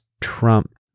trump